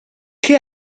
che